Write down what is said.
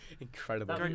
Incredible